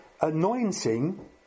anointing